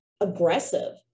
aggressive